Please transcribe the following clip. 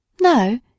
No